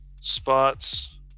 spots